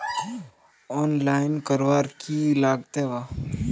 Online करवार की लगते वा?